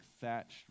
thatched